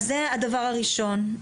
זה הדבר הראשון.